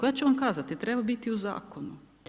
Ja ću vam kazati, treba biti u zakonu.